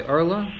Arla